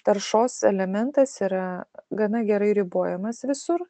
taršos elementas yra gana gerai ribojamas visur